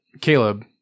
Caleb